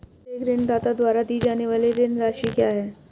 प्रत्येक ऋणदाता द्वारा दी जाने वाली ऋण राशि क्या है?